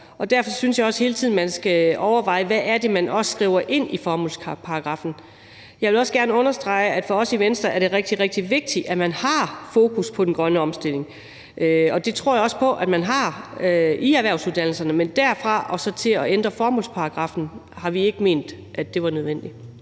Derfor synes jeg også, man hele tiden skal overveje, hvad det er, man skriver ind i formålsparagraffen. Jeg vil også gerne understrege, at for os i Venstre er det rigtig, rigtig vigtigt, at man har fokus på den grønne omstilling. Det tror jeg også på at man har i erhvervsuddannelserne. Men derfra og til at ændre formålsparagraffen – det har vi ikke ment var nødvendigt.